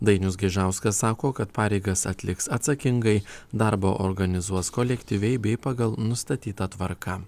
dainius gaižauskas sako kad pareigas atliks atsakingai darbą organizuos kolektyviai bei pagal nustatytą tvarką